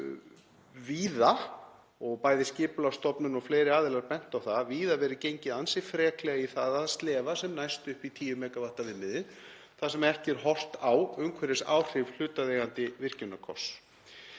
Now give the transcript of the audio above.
hefur víða, og hafa bæði Skipulagsstofnun og fleiri aðilar bent á það, verið gengið ansi freklega í það að slefa sem næst upp í 10 MW viðmiðið þar sem ekki er horft á umhverfisáhrif hlutaðeigandi virkjunarkosts.